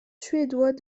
suédois